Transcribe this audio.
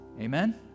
Amen